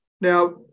Now